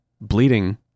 bleeding